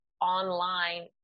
online